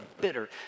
bitter